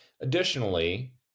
Additionally